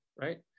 right